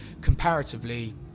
comparatively